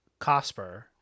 Cosper